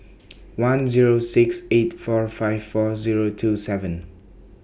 one Zero six eight four five four Zero two seven